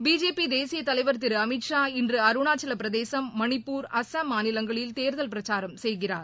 BJP தேசிய தலைவர் திரு அமித்ஷா இன்று அருணாச்சல பிரதேசம் மணிப்பூர் அஸ்ஸாம் மாநிலங்களில் தேர்தல் பிரச்சாரம் செய்கிறார்